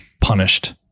Punished